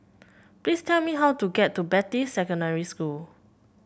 please tell me how to get to Beatty Secondary School